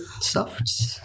soft